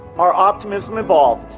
our optimism evolved.